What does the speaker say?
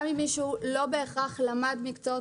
גם אם מישהו לא בהכרח למד מקצועות